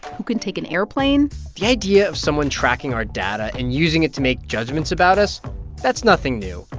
who can take an airplane the idea of someone tracking our data and using it to make judgments about us that's nothing new.